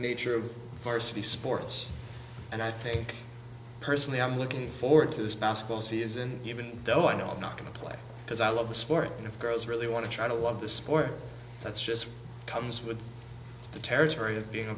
nature of our city sports and i think personally i'm looking forward to this possible season even though i know i'm not going to play because i love the sport and if girls really want to try to love the sport that's just comes with the territory of being